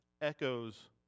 echoes